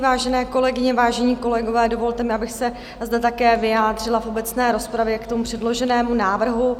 Vážené kolegyně, vážení kolegové, dovolte mi, abych se zde také vyjádřila v obecné rozpravě k předloženému návrhu.